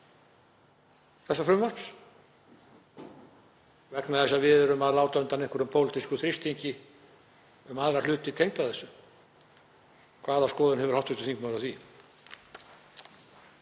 frumvarpsins vegna þess að við erum að láta undan einhverjum pólitískum þrýstingi um aðra hluti tengda þessu? Hvaða skoðun hefur hv. þingmaður á því?